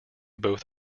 both